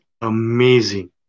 amazing